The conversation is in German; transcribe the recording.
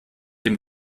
dem